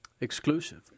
Exclusive